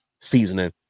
seasoning